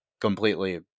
completely